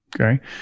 okay